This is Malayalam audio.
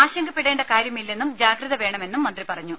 ആശങ്കപ്പെടേണ്ട കാര്യമില്ലെന്നും ജാഗ്രത വേണമെന്നും മന്ത്രി പറഞ്ഞു